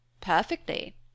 Perfectly